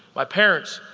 my parents,